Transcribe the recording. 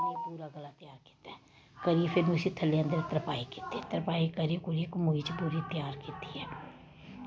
पूरा गला त्यार कीता ऐ करियै फिर में उस्सी थल्ले अंदरैं तरपाई कीती तरपाई करी कुरी कमीच पूरी त्यार कीती ऐ